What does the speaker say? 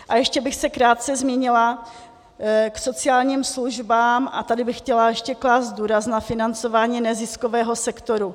A ještě bych se krátce zmínila k sociálním službám a tady bych chtěla ještě klást důraz na financování neziskového sektoru.